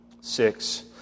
Six